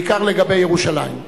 בעיקר לגבי ירושלים.